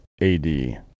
AD